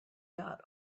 got